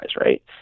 right